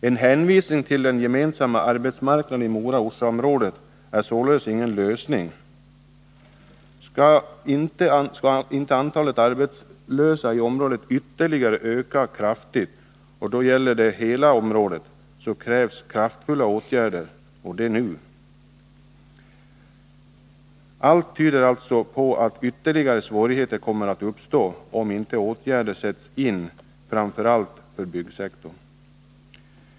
En hänvisning till den gemensamma arbetsmarknaden i Mora-Orsa-området är således ingen lösning. Skall inte antalet arbetslösa i området ytterligare öka kraftigt — det gäller hela området — krävs kraftfulla åtgärder, och det nu. Allt tyder alltså på att ytterligare svårigheter kommer att uppstå om åtgärder inte sätts in, framför allt inom byggsektorn.